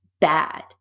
bad